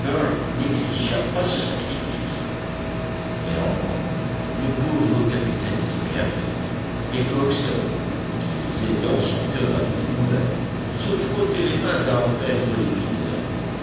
n'exigea pas ce sacrifice néanmoins le pauvre capitaine était bien pris et crockston qui lisait dans son cœur à livre ouvert se frottait les mains à en perdre